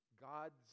God's